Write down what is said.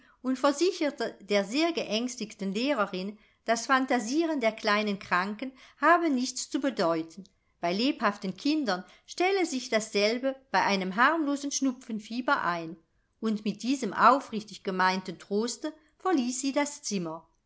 und versicherte der sehr geängstigten lehrerin das phantasieren der kleinen kranken habe nichts zu bedeuten bei lebhaften kindern stelle sich dasselbe bei einem harmlosen schnupfenfieber ein und mit diesem aufrichtig gemeinten troste verließ sie das zimmer